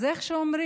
אז איך אומרים?